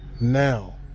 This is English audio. now